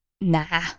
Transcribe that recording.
Nah